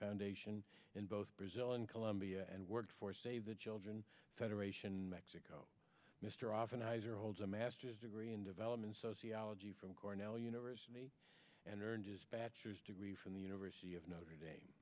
foundation in both brazil and colombia and work for save the children federation mexico mr often iser holds a masters degree in development sociology from cornell university and earned his bachelor's degree from the university of notre dame